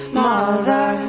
mother